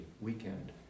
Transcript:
weekend